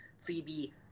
Phoebe